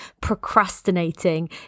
procrastinating